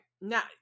now